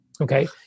Okay